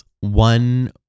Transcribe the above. one